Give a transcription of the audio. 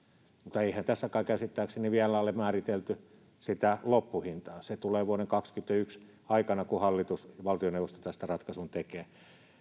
mutta eihän tässä kai käsittääkseni vielä ole määritelty sitä loppuhintaa se tulee vuoden kaksikymmentäyksi aikana kun hallitus valtioneuvosto tästä ratkaisun tekee